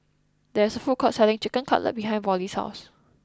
there is a food court selling Chicken Cutlet behind Vollie's house